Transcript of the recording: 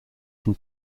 from